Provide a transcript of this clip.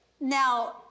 Now